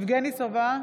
יבגני סובה,